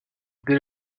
dès